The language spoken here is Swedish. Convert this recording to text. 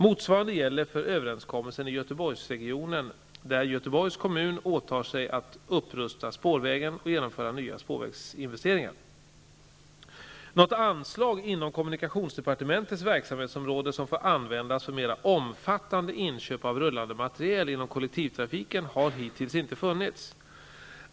Motsvarande gäller för överenskommelsen i Göteborgsregionen, där Göteborgs kommun åtar sig att upprusta spårvägen och genomföra nya spårvägsinvesteringar. Något anslag inom kommunikationsdepartementets verksamhetsområde som får användas för mera omfattande inköp av rullande materiel inom kollektivtrafiken har hittills inte funnits.